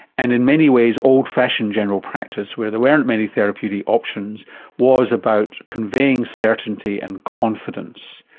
and in many ways old-fashioned general practice where there weren't many therapeutic options was about conveying certainty and confidence,